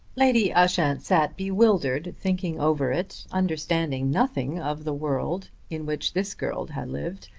lady ushant sat bewildered, thinking over it, understanding nothing of the world in which this girl had lived,